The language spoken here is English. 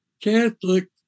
Catholic